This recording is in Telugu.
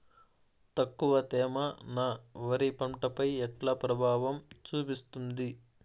తక్కువ తేమ నా వరి పంట పై ఎట్లా ప్రభావం చూపిస్తుంది?